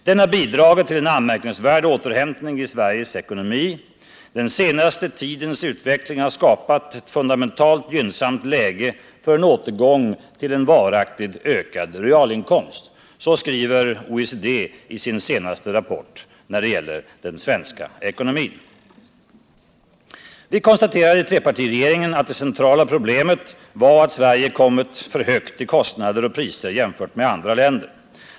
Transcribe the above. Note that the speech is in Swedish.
Den har bidragit till en anmärkningsvärd återhämtning i Sveriges ekonomi: ”Den senaste tidens utveckling har skapat ett fundamentalt gynnsamt läge för en återgång till en varaktigt ökad realinkomst.” Så skriver OECD om den svenska ekonomin i sin senaste rapport. Vi konstaterade i trepartiregeringen att det centrala problemet var att Sverige kommit för högt i kostnader och priser jämfört med andra länder.